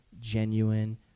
genuine